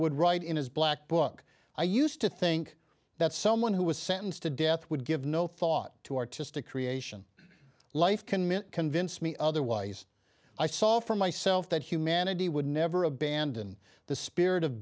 would write in his black book i used to think that someone who was sentenced to death would give no thought to artistic creation life can mitt convince me otherwise i saw for myself that humanity would never abandon the spirit of